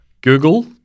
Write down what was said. google